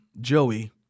Joey